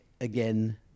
again